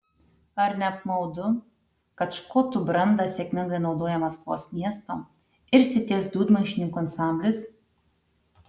ar ne apmaudu kad škotų brandą sėkmingai naudoja maskvos miesto ir srities dūdmaišininkų ansamblis